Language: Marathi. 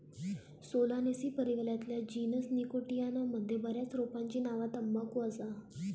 सोलानेसी परिवारातल्या जीनस निकोटियाना मध्ये बऱ्याच रोपांची नावा तंबाखू असा